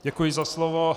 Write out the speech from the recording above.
Děkuji, za slovo.